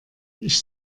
ich